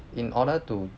in order to